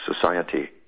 Society